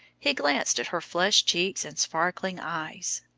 he glanced at her flushed cheeks and sparkling eyes.